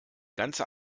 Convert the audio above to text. ganze